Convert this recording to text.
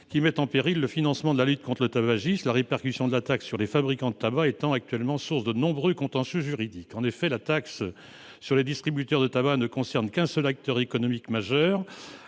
qui mettent en péril le financement de la lutte contre le tabagisme, la répercussion de la taxe sur les fabricants de tabac étant actuellement source de nombreux contentieux juridiques. En effet, la taxe sur les distributeurs de tabac ne concerne qu'un seul acteur économique majeur